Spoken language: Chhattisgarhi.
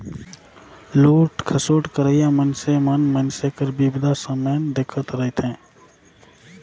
लूट खसोट करोइया मइनसे मन मइनसे कर बिपदा समें ल देखत रहथें